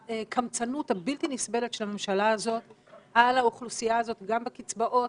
הקמצנות הבלתי נסבלת של הממשלה הזו על האוכלוסייה הזאת גם בקצבאות,